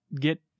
get